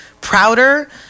prouder